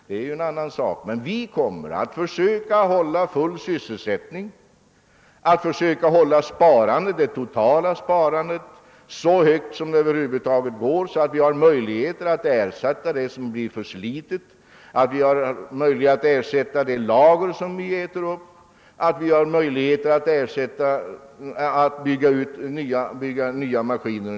Vi kommer emellertid att försöka hålla full sysselsättning och hålla det totala sparandet så högt som det över huvud taget går, så att vi får möjlighet att ersätta det som blir förslitet och ersätta de lager som vi förbrukat, skaffa nya maskiner och bygga ut industrin.